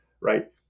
right